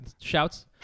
Shouts